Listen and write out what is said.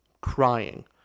crying